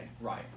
Right